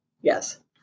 Yes